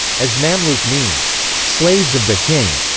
as mamluk means slaves of the king,